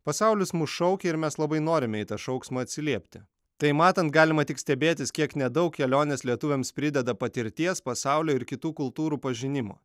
pasaulis mus šaukia ir mes labai norime į tą šauksmą atsiliepti tai matant galima tik stebėtis kiek nedaug kelionės lietuviams prideda patirties pasaulio ir kitų kultūrų pažinimo